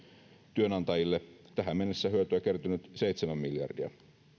työnantajille tähän mennessä hyötyä on kertynyt seitsemän miljardia